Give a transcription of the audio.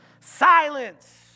Silence